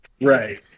right